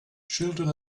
children